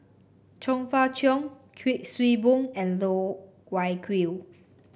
Chong Fah Cheong Kuik Swee Boon and Loh Wai Kiew